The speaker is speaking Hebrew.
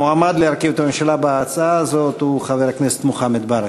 המועמד להרכיב את הממשלה בהצעה הזאת הוא חבר הכנסת מוחמד ברכה,